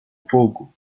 fogo